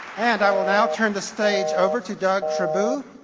and i will now turn the stage over to doug tribou,